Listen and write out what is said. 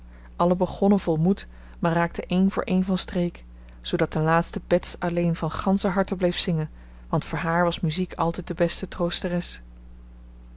allen begonnen vol moed maar raakten een voor een van streek zoodat ten laatste bets alleen van ganscher harte bleef zingen want voor haar was muziek altijd de beste troosteres